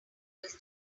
was